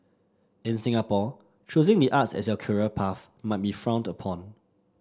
in Singapore choosing the arts as your career path might be frowned upon